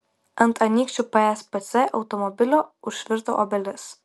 ant anykščių pspc automobilio užvirto obelis